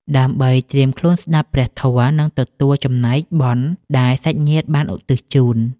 ដើម្បីត្រៀមខ្លួនស្ដាប់ព្រះធម៌ និងទទួលចំណែកបុណ្យដែលសាច់ញាតិបានឧទ្ទិសជូន។